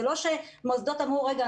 זה לא שמוסדות אמרו: רגע,